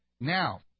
Now